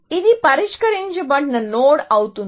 ఇది పరిష్కరించబడిన నోడ్ అవుతుంది